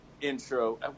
intro